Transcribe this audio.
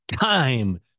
time